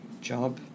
Job